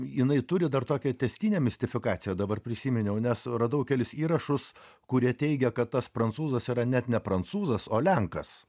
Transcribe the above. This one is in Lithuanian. jinai turi dar tokią tęstinę mistifikaciją dabar prisiminiau nes radau kelis įrašus kurie teigia kad tas prancūzas yra net ne prancūzas o lenkas